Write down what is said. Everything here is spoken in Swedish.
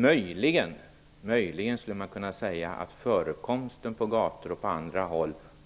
Möjligen skulle man kunna säga att förekomsten